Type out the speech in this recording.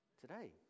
today